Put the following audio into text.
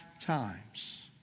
times